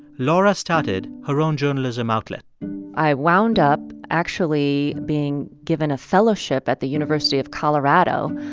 laura started her own journalism outlet i wound up actually being given a fellowship at the university of colorado